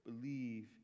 believe